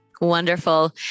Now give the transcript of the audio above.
Wonderful